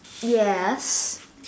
yes